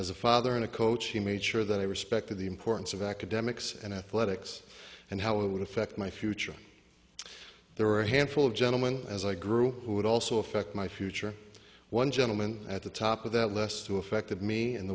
as a father and a coach he made sure that i respected the importance of academics and athletics and how it would affect my future there were a handful of gentlemen as i grew up who would also affect my future one gentleman at the top of that list to affected me in